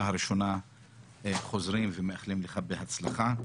הראשונה חוזרים ומאחלים לך בהצלחה.